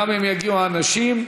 גם אם יגיעו אנשים.